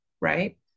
right